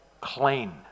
clean